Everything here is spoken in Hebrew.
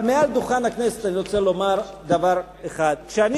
אבל מעל דוכן הכנסת אני רוצה לומר דבר אחד: כשאני